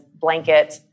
blanket